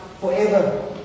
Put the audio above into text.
Forever